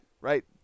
right